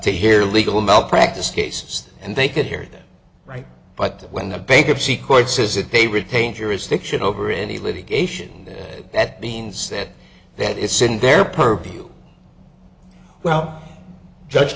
to hear legal malpractise cases and they could hear it right but when the bankruptcy court says that they retain jurisdiction over any litigation that that means that that it's in their purview well judge